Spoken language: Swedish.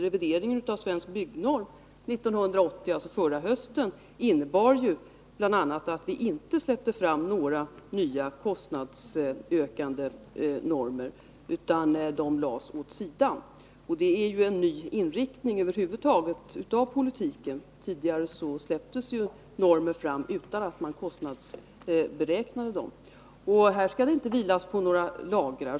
Revideringen av Svensk Byggnorm 1980 — alltså förra hösten — innebar ju bl.a. att vi inte släppte fram några nya kostnadsök ande normer, utan de: lades åt sidan. Det innebar en ny inriktning av politiken. Tidigare släpptes normer fram utan att man kostnadsberäknade dem. Här skall det inte vilas på några lagrar.